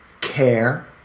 care